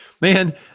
Man